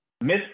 miss